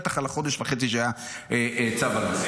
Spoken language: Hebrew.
בטח על החודש וחצי שהיה צו אלוף.